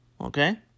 Okay